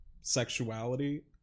sexuality